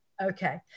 Okay